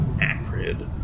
acrid